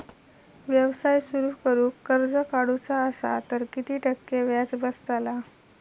व्यवसाय सुरु करूक कर्ज काढूचा असा तर किती टक्के व्याज बसतला?